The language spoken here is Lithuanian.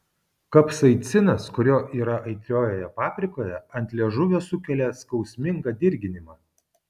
kapsaicinas kurio yra aitriojoje paprikoje ant liežuvio sukelia skausmingą dirginimą